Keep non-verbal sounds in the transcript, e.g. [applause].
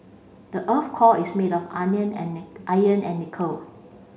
the earth core is made of [unintelligible] iron and nickel